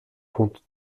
compte